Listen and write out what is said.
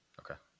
okay.